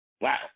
Wow